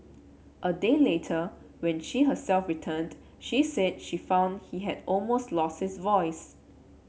a day later when she herself returned she said she found he had almost lost his voice